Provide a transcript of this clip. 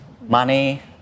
money